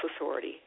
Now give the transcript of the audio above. authority